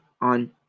on